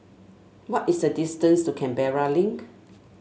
what is the distance to Canberra Link